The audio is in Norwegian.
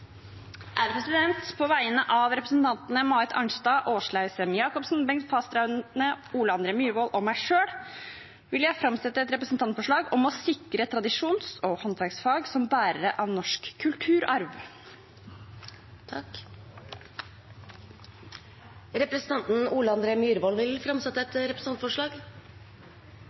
et representantforslag. På vegne av stortingsrepresentantene Marit Arnstad, Åslaug Sem-Jacobsen, Bengt Fasteraune, Ole André Myhrvold og meg selv vil jeg framsette et representantforslag om å sikre tradisjons- og håndverksfag som bærere av norsk kulturarv. Representanten Ole André Myhrvold vil framsette et representantforslag.